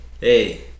Hey